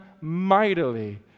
mightily